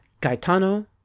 gaetano